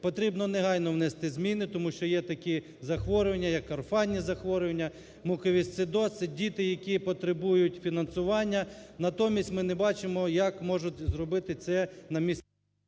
Потрібно негайно внести зміни, тому що є такі захворювання як орфанні захворювання, муковісцидоз, це діти, які потребують фінансування. Натоміть ми не бачимо, як можуть зробити це на місц…